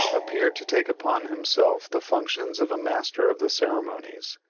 appeared to take upon himself the functions of a master of the ceremonies.